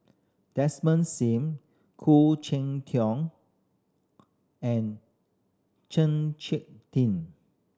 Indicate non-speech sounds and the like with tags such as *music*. Desmond Sim Khoo Cheng Tiong and Chng *unintelligible* Tin